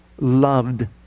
loved